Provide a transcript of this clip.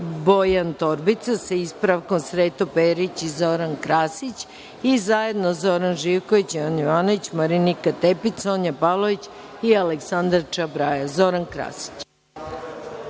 Bojan Torbica, sa ispravkom, zajedno Sreto Perić i Zoran Krasić i zajedno Zoran Živković, Jovan Jovanović, Marinika Tepić, Sonja Pavlović i Aleksandra Čabraja. Reč ima